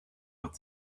with